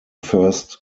first